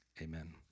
amen